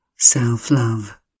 Self-love